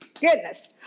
Goodness